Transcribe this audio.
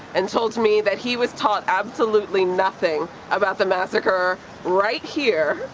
and told me that he was taught absolutely nothing about the massacre right here,